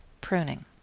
pruning